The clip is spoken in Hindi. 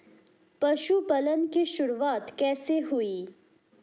पशुपालन की शुरुआत कैसे हुई?